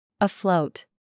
Afloat